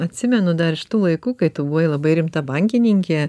atsimenu dar iš tų laikų kai tu buvai labai rimta bankininkė